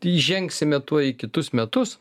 įžengsime tuoj į kitus metus